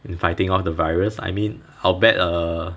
in fighting off the virus I mean albeit err